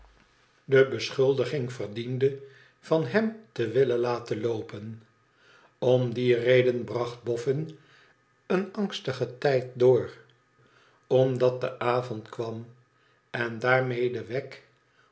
de beschuldiging verdiende van hem te willen laten loopen om die reden bracht boffin een angstigen tijd door omdat de avond kwam en daarmede wegg